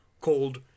called